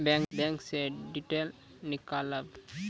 Bank से detail नीकालव?